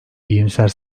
iyimser